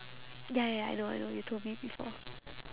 ya ya ya I know I know you told me before